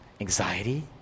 Anxiety